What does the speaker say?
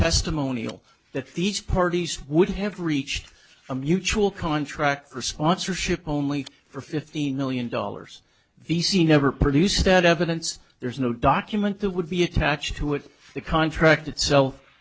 testimonial that these parties would have reached a mutual contract for sponsorship only for fifteen million dollars v c never produced that evidence there's no document that would be attached to it the contract itself